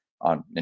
on